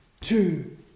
two